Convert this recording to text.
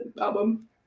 album